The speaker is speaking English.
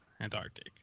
Antarctic